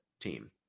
team